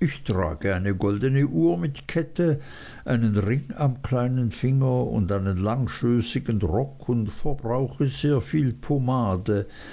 ich trage eine goldne uhr mit kette einen ring am kleinen finger und einen langschößigen rock und verbrauche sehr viel pomade